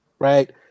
Right